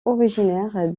originaire